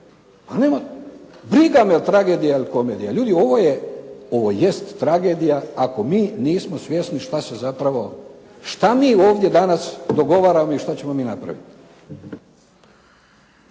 Briga me je li tragedija ili komedija. Ljudi ovo je, ovo jest tragedija ako mi nismo svjesni šta se zapravo, šta mi ovdje danas dogovaramo i što ćemo mi napraviti.